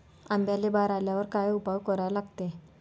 आंब्याले बार आल्यावर काय उपाव करा लागते?